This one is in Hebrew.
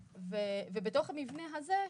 ובתוך המבנה הזה,